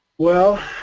well